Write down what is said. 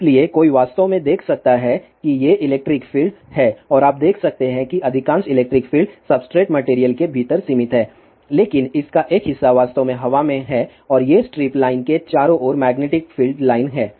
इसलिए कोई वास्तव में देख सकता है कि ये इलेक्ट्रिक फील्ड हैं और आप देख सकते हैं कि अधिकांश इलेक्ट्रिक फील्ड सब्सट्रेट मटेरियल के भीतर सीमित हैं लेकिन इसका एक हिस्सा वास्तव में हवा में है और ये स्ट्रिप लाइन के चारों ओर मैग्नेटिक फील्ड लाइन हैं